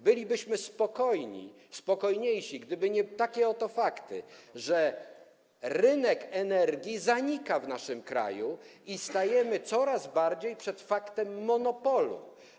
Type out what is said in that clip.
Bylibyśmy spokojniejsi, gdyby nie takie oto fakty, że rynek energii zanika w naszym kraju i stajemy coraz częściej przed faktem monopolu.